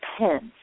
depends